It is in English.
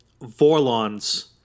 Vorlons